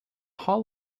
hall